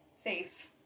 safe